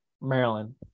Maryland